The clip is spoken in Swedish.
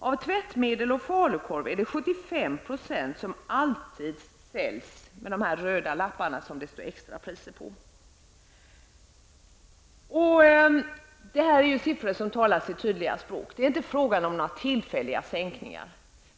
Av tvättmedel och falukorv är det 75 % som alltid säljs med de röda lapparna som det står extrapris på. Det här är siffror som talar sitt tydliga språk. Det är inte fråga om några tillfälliga sänkningar.